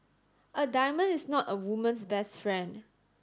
a diamond is not a woman's best friend